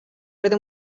roedd